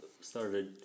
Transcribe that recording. started